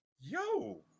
yo